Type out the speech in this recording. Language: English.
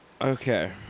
Okay